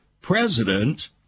president